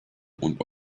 und